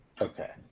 okay